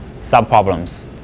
subproblems